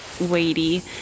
weighty